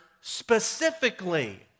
specifically